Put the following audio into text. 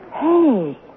Hey